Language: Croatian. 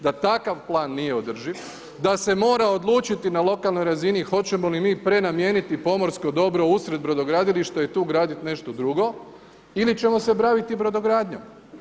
Da takav plan nije održiv, da se mora odlučiti na lokalnoj razini hoćemo li mi prenamijeniti pomorsko dobro usred brodogradilišta i tu graditi nešto drugo ili ćemo se baviti brodogradnjom.